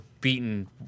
beaten